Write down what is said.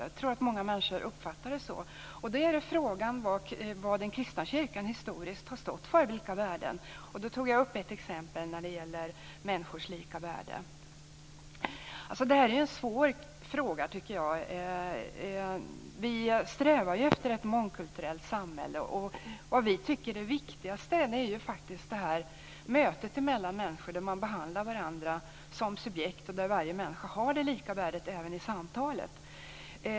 Jag tror att många människor uppfattar det så. Då är frågan vilka värden den kristna kyrkan historiskt har stått för. Jag tog upp ett exempel när det gäller människors lika värde. Det här är en svår fråga, tycker jag. Vi strävar ju efter ett mångkulturellt samhälle. Vad vi tycker är viktigast är faktiskt mötet mellan människor, att man behandlar varandra som subjekt och att varje människa har lika värde även i samtalet.